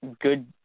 good –